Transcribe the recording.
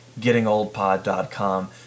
gettingoldpod.com